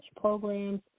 programs